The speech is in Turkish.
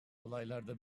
olaylarda